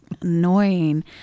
Annoying